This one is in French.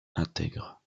intègre